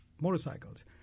motorcycles